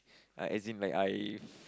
I as in like I